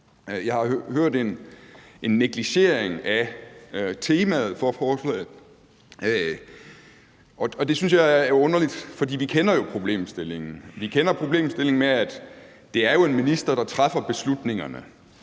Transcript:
Jeg har hørt en negligering af temaet for forslaget, og det synes jeg er underligt, for vi kender jo problemstillingen. Vi kender problemstillingen med, at det er en minister, der træffer beslutningerne,